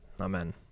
amen